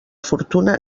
fortuna